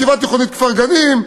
בישיבה תיכונית כפר-גנים,